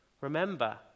Remember